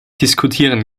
diskutieren